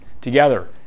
together